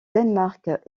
danemark